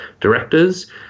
directors